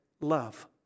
love